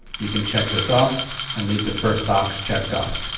you can check this off and leave the first box checked off.